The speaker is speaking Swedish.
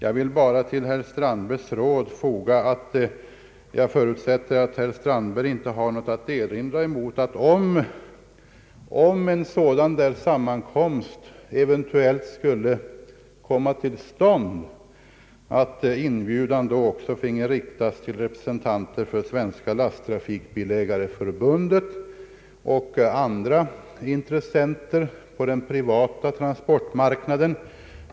Till herr Strandbergs råd vill jag bara foga att han väl heller inte har något att erinra mot att, om en sådan sammankomst kommer till stånd, inbjudan också riktas till representanter för Svenska lasttrafikbilägareförbundet och andra intressenter på den privata transportmarknaden.